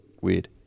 weird